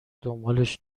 دنبالش